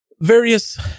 various